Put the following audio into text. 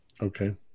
Okay